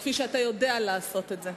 כפי שאתה יודע לעשות את זה.